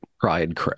pride